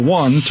one